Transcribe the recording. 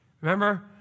Remember